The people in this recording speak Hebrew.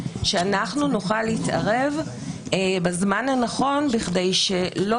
שאנחנו נוכל להתערב בזמן הנכון כדי שלא